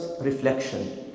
reflection